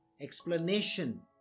explanation